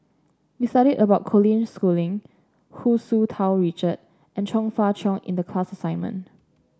we studied about Colin Schooling Hu Tsu Tau Richard and Chong Fah Cheong in the class assignment